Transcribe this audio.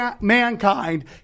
mankind